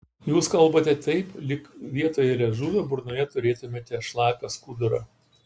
jūs kalbate taip lyg vietoj liežuvio burnoje turėtumėte šlapią skudurą